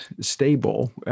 stable